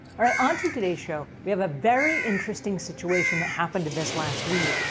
all right, onto today's show, we have a very interesting situation that happened at this last week,